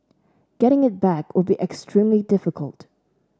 getting it back would be extremely difficult